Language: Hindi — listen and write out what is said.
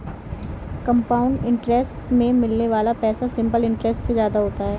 कंपाउंड इंटरेस्ट में मिलने वाला पैसा सिंपल इंटरेस्ट से ज्यादा होता है